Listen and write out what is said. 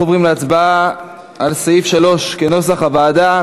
אנחנו עוברים להצבעה על סעיף 3 כנוסח הוועדה.